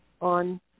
on